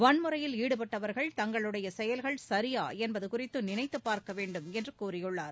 வன்முறையில் ஈடுபட்டவர்கள் தங்களுடைய செயல்கள் சரியா என்பது குறித்து நினைத்து பார்க்க வேண்டும் என்று கூறியுள்ளார்